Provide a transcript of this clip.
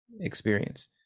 experience